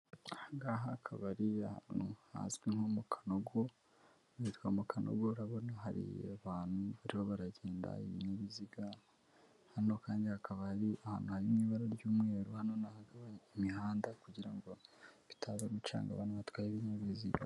Aha ngaha akaba ari ahantu hazwi nko mu Kanogo, hitwa mu Kanogo, urabona hari abantu barimo baragenda, ibinyabiziga, hano kandi hakabaa hari ahantu hari mu ibara ry'umweru, hano no ahahurira imihanda kugira ngo bitaza gucanga abantu batwaye ibinyabiziga.